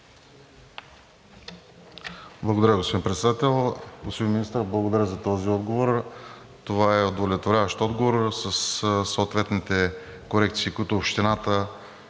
Благодаря, господин Председател. Господин Министър, благодаря за този отговор. Това е удовлетворяващ отговор, със съответните корекции, които Общината